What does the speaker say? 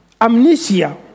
amnesia